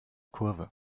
kurve